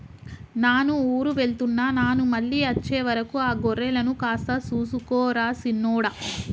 నాను ఊరు వెళ్తున్న నాను మళ్ళీ అచ్చే వరకు ఆ గొర్రెలను కాస్త సూసుకో రా సిన్నోడా